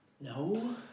No